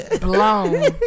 blown